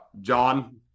John